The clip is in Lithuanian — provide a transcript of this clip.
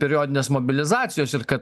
periodinės mobilizacijos ir kad